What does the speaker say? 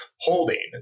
holding